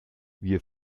wir